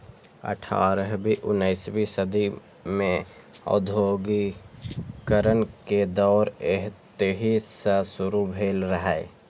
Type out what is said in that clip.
अठारहवीं उन्नसवीं सदी मे औद्योगिकीकरण के दौर एतहि सं शुरू भेल रहै